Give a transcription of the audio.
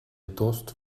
dost